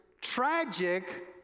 tragic